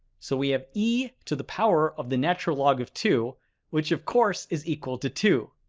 so we have e to the power of the natural log of two which of course is equal to two.